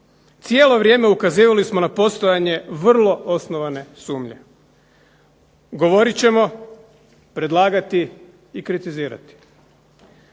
Cijelo vrijeme ukazivali smo na postojanje vrlo osnovane sumnje. Govorit ćemo, predlagati i kritizirati.